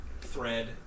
thread